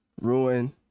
ruin